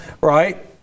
right